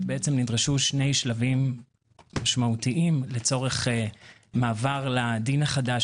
נדרשו שני שלבים משמעותיים לצורך מעבר לדין החדש,